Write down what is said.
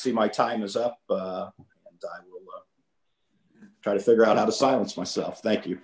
see my time is up try to figure out how to silence myself thank you